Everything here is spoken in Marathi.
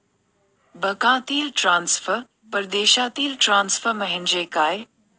बँकांतील ट्रान्सफर, परदेशातील ट्रान्सफर म्हणजे काय?